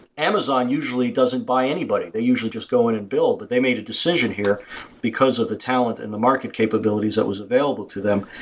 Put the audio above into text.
amazon usually doesn't buy anybody, they usually just go in and build, but they made a decision here because of the talent and the market capabilities that was available to them.